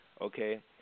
okay